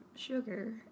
Sugar